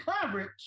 coverage